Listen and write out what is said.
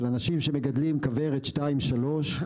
של אנשים שמגדלים כוורת, שתיים, שלוש.